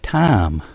time